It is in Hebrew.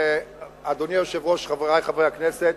אדוני היושב-ראש, חברי חברי הכנסת,